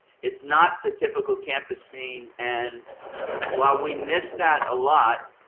it is not the typical campus scene and while we miss that a lot,